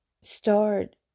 start